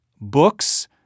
books